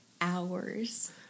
hours